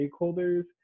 stakeholders